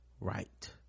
right